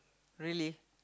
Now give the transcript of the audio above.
really